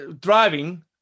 driving